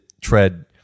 tread